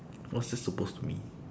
what's that supposed to mean